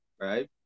right